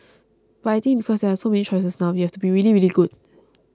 but I think because there are so many choices now you have to be really really good